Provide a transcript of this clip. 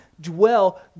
dwell